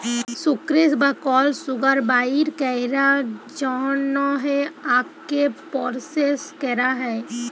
sucrose বা কল sugar বাইর ক্যরার জ্যনহে আখকে পরসেস ক্যরা হ্যয়